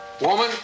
Woman